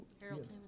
Harold